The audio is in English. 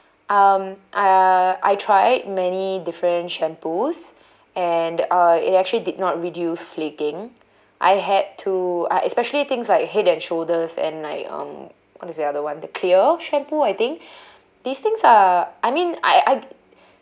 um uh I tried many different shampoos and uh it actually did not reduce flaking I had to I especially things like head and shoulders and like um what is the other one the clear shampoo I think these things are I mean I I